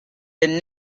been